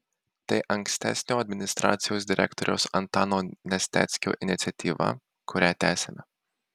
tai ankstesnio administracijos direktoriaus antano nesteckio iniciatyva kurią tęsiame